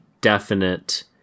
definite